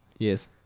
Yes